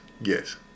yes